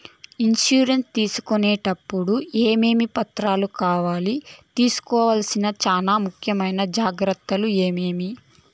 Insurance తీసుకునేటప్పుడు టప్పుడు ఏమేమి పత్రాలు కావాలి? తీసుకోవాల్సిన చానా ముఖ్యమైన జాగ్రత్తలు ఏమేమి?